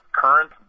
current